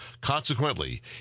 consequently